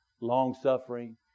long-suffering